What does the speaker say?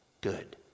good